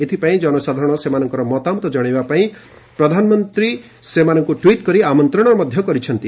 ଏଥିପାଇଁ ଜନସାଧାରଣ ସେମାନଙ୍କର ମତାମତ ଜଣାଇବାପାଇଁ ପ୍ରଧାନମନ୍ତ୍ରୀ ସେମାନଙ୍କୁ ଟୁଇଟ କରି ଆମନ୍ତ୍ରଣ କରିଛନ୍ତି